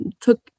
took